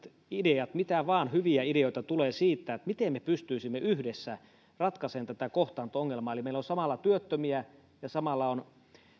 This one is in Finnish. ideat mitä vain tulee siitä miten me pystyisimme yhdessä ratkaisemaan tätä kohtaanto ongelmaa eli sitä että meillä on työttömiä ja samalla